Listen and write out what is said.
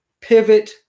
pivot